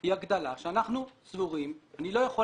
היא הגדלה שאנחנו סבורים, אני לא יכול